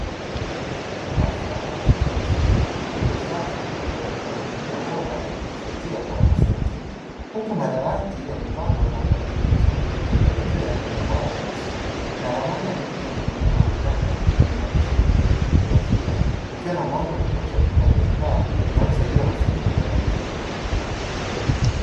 Darasa la shule ya msingi lililosafi likiwa katika mazingira bora ya kujifunzia kwa wanafunzi huku mamdawati yamepangwa kwa mpangilio mzuri, yakielekea kwenye ubao mweusi na ramani ya dunia ikining'inia ukutani, ikiimarisha elimu ya kijografia kukiwa na mwanga wa kutosha kutoka kwenye taa, zinazosaidia wanafunzi kuona vizuri.